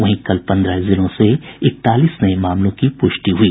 वहीं कल पन्द्रह जिलों से इकतालीस नये मामलों की पुष्टि हुई